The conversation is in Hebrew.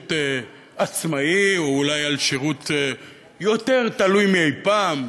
שירות עצמאי, או אולי על שירות יותר תלוי מאי-פעם?